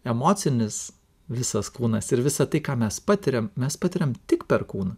emocinis visas kūnas ir visa tai ką mes patiriam mes patiriam tik per kūną